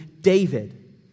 David